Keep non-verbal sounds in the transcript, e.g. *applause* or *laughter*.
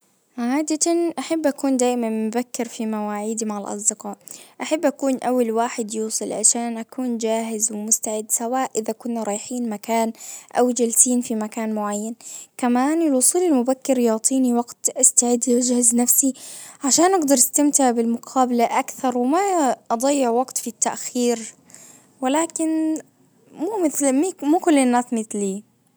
عادة احب اكون دايما مبكر في مواعيدي مع الاصدقاء. احب اكون اول واحد يوصل عشان اكون جاهز ومستعد سواء اذا كنا رايحين مكان او جالسين في مكان معين. كمان الوصول المبكر يعطيني وقت استعد وأجهز نفسي. عشان اقدر استمتع بالمقابلة اكثر وما أضيع وقت في التأخير ولكن مو مثلي *hesitation* مو كل الناس مثلي.